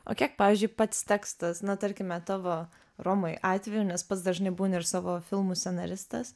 o kiek pavyzdžiui pats tekstas na tarkime tavo romai atveju nes pats dažnai būni ir savo filmų scenaristas